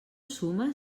suma